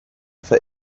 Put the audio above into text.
for